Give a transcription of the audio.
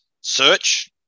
search